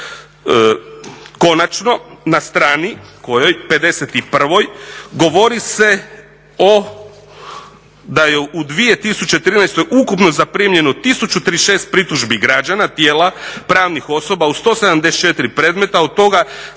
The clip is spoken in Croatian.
Konačno, na strani 51 govori se da je u 2013. ukupno zaprimljeno 1036 pritužbi građana, tijela, pravnih osoba u 174 predmeta. Od toga